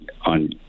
on